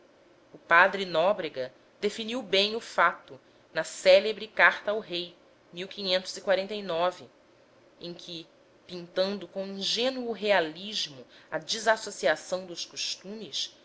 o padre nóbrega definiu bem o fato na célebre carta l rei em que pintando com ingênuo realismo a dissociação dos costumes